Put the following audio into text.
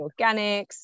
Organics